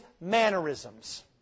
mannerisms